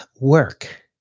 work